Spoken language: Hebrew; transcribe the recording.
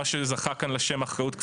מה שזכה כאן לשם "אחריות קפידה".